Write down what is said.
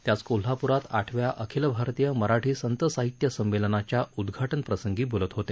ते आज कोल्हापूरात आठव्या अखिल भारतीय मराठी संत साहित्य संमेलनाच्या उद्धाटन प्रसंगी बोलत होते